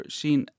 seen